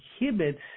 inhibits